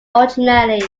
originally